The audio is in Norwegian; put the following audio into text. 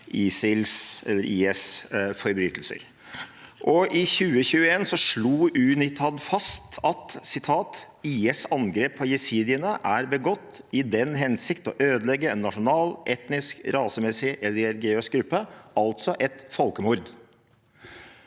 ISIL/IS. I 2021 slo UNITAD fast at IS sitt angrep på jesidiene er begått i den hensikt å ødelegge en nasjonal, etnisk, rasemessig eller religiøs gruppe, altså et folkemord.